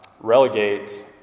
relegate